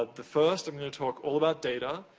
ah the first, i'm gonna talk all about data.